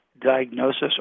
diagnosis